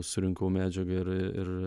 surinkau medžiagą ir